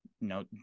no